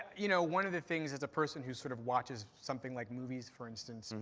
you know one of the things, as a person who sort of watches something like movies, for instance,